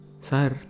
Sir